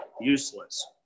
useless